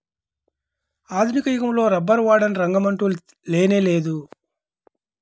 ఆధునిక యుగంలో రబ్బరు వాడని రంగమంటూ లేనేలేదు